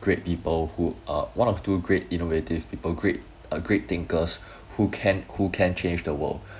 great people who are one or two great innovative people great uh great thinkers who can who can change the world